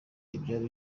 ibyari